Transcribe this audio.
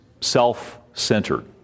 self-centered